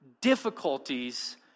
difficulties